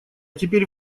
теперь